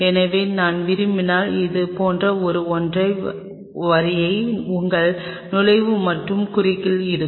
எனவே நான் விரும்பினால் இது போன்ற ஒரு ஒற்றை வரியை உங்கள் நுழைவு மற்றும் குறுக்கிள் இருக்கும்